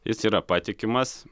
jis yra patikimas